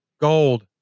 Gold